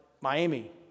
Miami